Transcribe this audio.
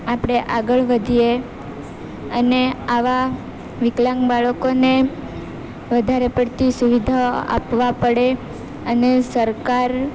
આપણે આગળ વધીએ અને આવા વિકલાંગ બાળકોને વધારે પડતી સુવિધા આપવા પડે અને સરકાર